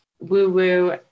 woo-woo